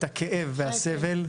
את הכאב והסבל,